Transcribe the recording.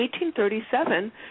1837